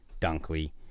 Dunkley